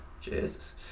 Jesus